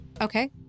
Okay